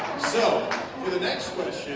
so for the next question